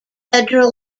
federal